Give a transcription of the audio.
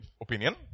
opinion